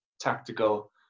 tactical